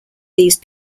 these